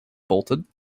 bolted